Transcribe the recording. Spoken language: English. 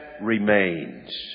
remains